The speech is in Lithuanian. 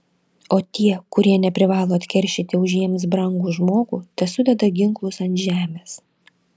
o tie kurie neprivalo atkeršyti už jiems brangų žmogų tesudeda ginklus ant žemės